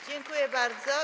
Dziękuję bardzo.